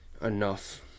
enough